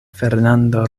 fernando